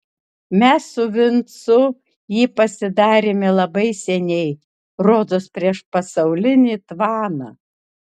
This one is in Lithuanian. mes su vincu jį pasidarėme labai seniai rodos prieš pasaulinį tvaną